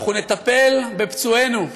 אנחנו נטפל בפצועינו.